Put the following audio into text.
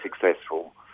successful